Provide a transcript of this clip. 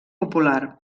popular